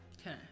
Okay